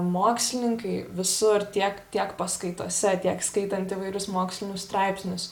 mokslininkai visur tiek tiek paskaitose tiek skaitant įvairius mokslinius straipsnius